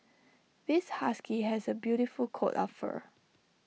this husky has A beautiful coat of fur